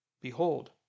Behold